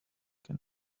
can